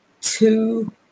two